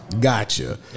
Gotcha